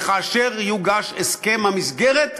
וכאשר יוגש הסכם המסגרת,